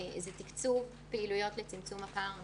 תקצוב פעילויות לצמצום הפער המגדרי,